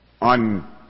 on